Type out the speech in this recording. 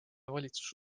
valitsus